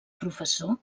professor